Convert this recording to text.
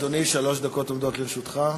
בבקשה, אדוני, שלוש דקות עומדות לרשותך.